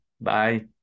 Bye